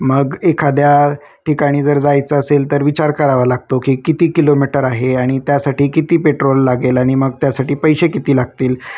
मग एखाद्या ठिकाणी जर जायचं असेल तर विचार करावा लागतो की किती किलोमीटर आहे आणि त्यासाठी किती पेट्रोल लागेल आणि मग त्यासाठी पैसे किती लागतील